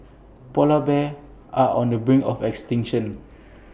Polar Bears are on the brink of extinction